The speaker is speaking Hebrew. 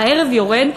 הערב יורד,